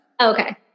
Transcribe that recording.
Okay